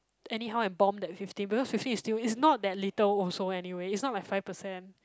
anyhow and bomb that fifteen because fifteen is still it's not that little also anyway it's not like five percent